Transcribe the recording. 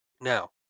Now